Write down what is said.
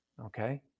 Okay